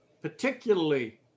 particularly